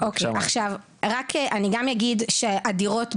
אני גם אגיד שהדירות באמת,